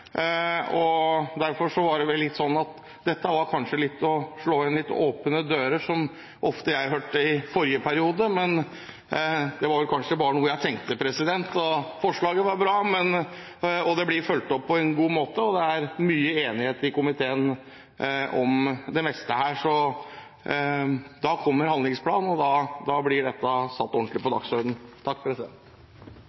kommer. Derfor var dette kanskje litt å slå inn åpne dører, noe jeg hørte ofte i forrige periode, men det var kanskje bare noe jeg tenkte. Forslaget er bra, det blir fulgt opp på en god måte, og det er stor enighet i komiteen om det meste her. Handlingsplanen kommer, og da blir dette satt ordentlig på